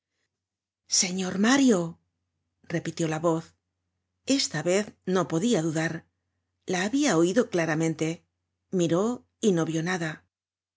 señor mario repitió la voz esta vez no podia dudar la habia oido claramente miró y no vio nada